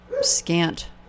scant